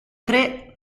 tre